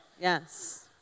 Yes